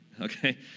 Okay